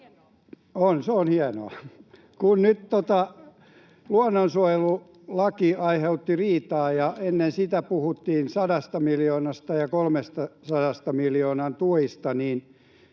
On, se on hienoa. — Kun nyt luonnonsuojelulaki aiheutti riitaa ja ennen sitä puhuttiin 100 miljoonan ja 300 miljoonan tuista, niin